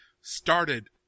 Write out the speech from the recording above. started